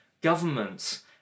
governments